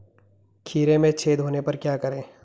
खीरे में छेद होने पर क्या करें?